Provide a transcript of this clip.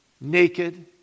naked